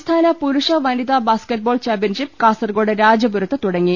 സംസ്ഥാന പുരുഷ വനിത ബാസ്ക്കറ്റ്ബോൾ ചാമ്പ്യൻഷിപ്പ് കാസർകോട് രാജപുരത്ത് തുടങ്ങി